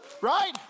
Right